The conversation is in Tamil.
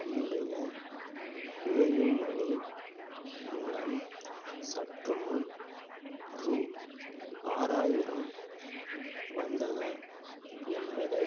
என்னுடைய பேயூமனி மூலம் சற்றுமுன் ரூ ஆறாயிரம் வந்ததா என்பதை